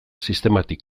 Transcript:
sistematik